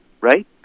right